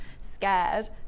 scared